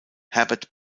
herbert